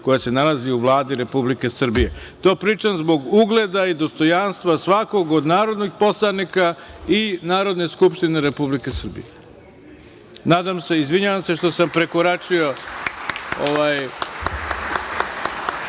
koja se nalazi u Vladi Republike Srbije. To pričam zbog ugleda i dostojanstva svakog od narodnih poslanika i Narodne skupštine Republike Srbije. Izvinjavam se što sam izašao